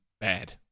bad